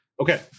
Okay